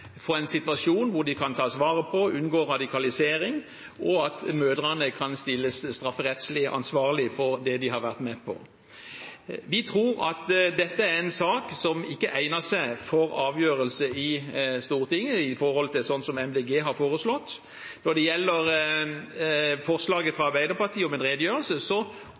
få en situasjon hvor de kan tas vare på og unngå radikalisering, og at mødrene kan stilles strafferettslig ansvarlig for det de har vært med på. Vi tror dette er en sak som ikke egner seg for avgjørelse i Stortinget, sånn som Miljøpartiet De Grønne har foreslått. Når det gjelder forslaget fra Arbeiderpartiet om en redegjørelse,